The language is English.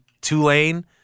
Tulane